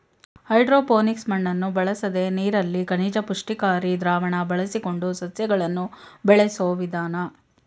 hydroponics ಮಣ್ಣನ್ನು ಬಳಸದೆ ನೀರಲ್ಲಿ ಖನಿಜ ಪುಷ್ಟಿಕಾರಿ ದ್ರಾವಣ ಬಳಸಿಕೊಂಡು ಸಸ್ಯಗಳನ್ನು ಬೆಳೆಸೋ ವಿಧಾನ